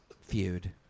Feud